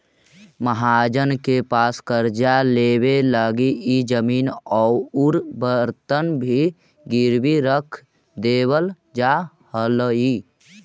महाजन के पास कर्जा लेवे लगी इ जमीन औउर बर्तन भी गिरवी रख देवल जा हलई